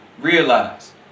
realize